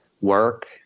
work